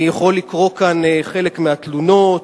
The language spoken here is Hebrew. אני יכול לקרוא כאן חלק מהתלונות,